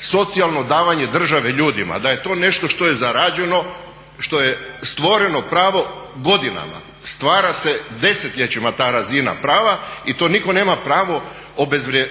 socijalno davanje države ljudima, da je to nešto što je zarađeno, što je stvoreno pravo godinama, stvara se desetljećima ta razina prava i to nitko nema pravo